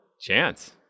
chance